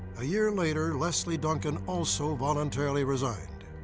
a year later, leslie duncan also voluntarily resigned.